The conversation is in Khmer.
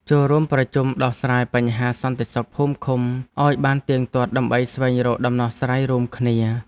ចូលរួមប្រជុំដោះស្រាយបញ្ហាសន្តិសុខភូមិឃុំឱ្យបានទៀងទាត់ដើម្បីស្វែងរកដំណោះស្រាយរួមគ្នា។